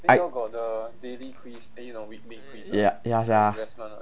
I ya ya sia